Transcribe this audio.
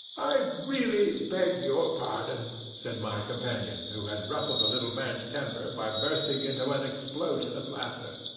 i really beg your pardon! said my companion, who had ruffled the little man's temper by bursting into an explosion of laughter.